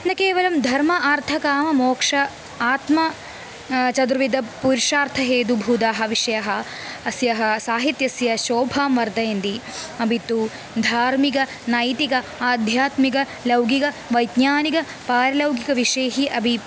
न केवलं धर्मः अर्थः कामः मोक्षः आत्म चतुर्वेदः पुरुषार्थहेतुभूताः विषये अस्याः साहित्यस्य शोभां वर्धयन्ति अपि तु धार्मिकः नैतिकः आध्यात्मिकलौकिकवैज्ञानिकपारलौकिकविषयैः अपि